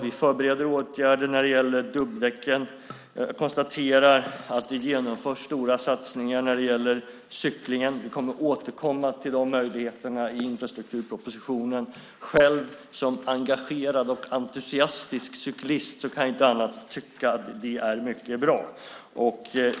Vi förbereder åtgärder när det gäller dubbdäcken. Vi genomför stora satsningar när det gäller cykling. Vi kommer att återkomma till dessa möjligheter i infrastrukturpropositionen. Som engagerad och entusiastisk cyklist kan jag inte tycka annat än att det är mycket bra.